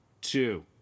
two